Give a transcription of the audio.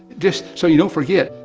just so you don't forget,